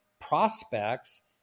prospects